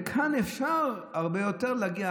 כאן אפשר הרבה יותר להגיע.